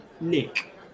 Nick